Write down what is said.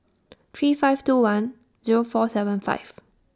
three five two one Zero four seven five